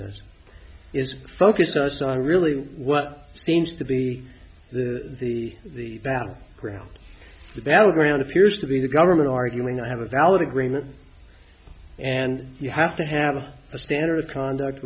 this is focused us on really what seems to be the the battle ground the battleground appears to be the government arguing i have a valid agreement and you have to have a standard of conduct